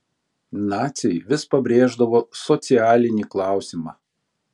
naciai vis pabrėždavo socialinį klausimą